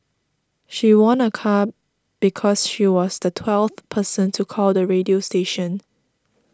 she won a car because she was the twelfth person to call the radio station